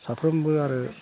साफ्रोमबो आरो